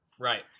Right